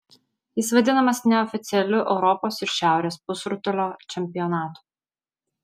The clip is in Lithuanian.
jis vadinamas neoficialiu europos ir šiaurės pusrutulio čempionatu